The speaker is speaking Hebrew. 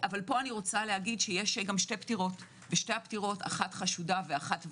יש גם שתי פטירות, אחת חשובה ואחת ודאית,